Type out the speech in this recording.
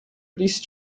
please